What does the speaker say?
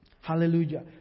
Hallelujah